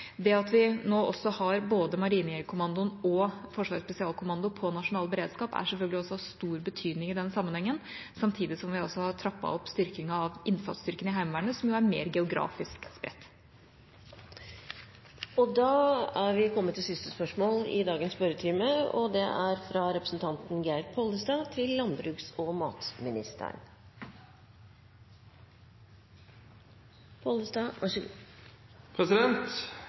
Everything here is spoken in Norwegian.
Det at vi nå også har både Marinejegerkommandoen og Forsvarets spesialkommando på nasjonal beredskap, er selvfølgelig også av stor betydning i den sammenhengen, samtidig som vi også har trappet opp styrkinga av innsatsstyrken i Heimevernet, som jo er mer geografisk spredt. Jeg vil stille følgende spørsmål til landbruks- og matministeren: «Ser statsråden behov for å utarbeide en egen handlingsplan mot antibiotikaresistens?» Jeg vil vise til